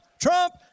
Trump